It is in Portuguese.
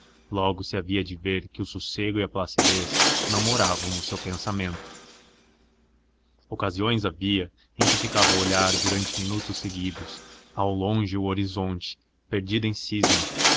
logo se havia de ver que o sossego e a placidez não moravam no seu pensamento ocasiões havia em que ficava a olhar durante minutos seguidos ao longe o horizonte perdido em cisma